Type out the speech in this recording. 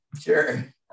Sure